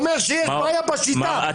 הוא אומר שיש בעיה בשיטה,